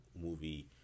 movie